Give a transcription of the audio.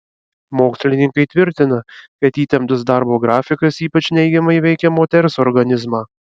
mokslininkai tvirtina kad įtemptas darbo grafikas ypač neigiamai veikia moters organizmą